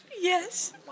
Yes